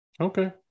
Okay